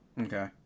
Okay